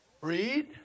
Read